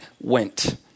went